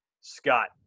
Scott